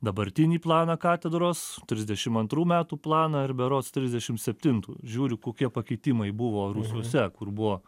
dabartinį planą katedros trisdešim antrų metų planą ir berods trisdešim septintų žiūriu kokie pakeitimai buvo rūsiuose kur buvo